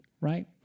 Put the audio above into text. right